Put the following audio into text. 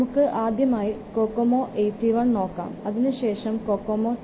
നമുക്ക് ആദ്യമായി കൊക്കോമോ 81 നോക്കാം അതിനുശേഷം കൊക്കോമോ II